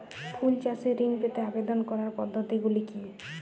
ফুল চাষে ঋণ পেতে আবেদন করার পদ্ধতিগুলি কী?